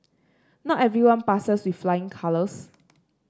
not everyone passes with flying colours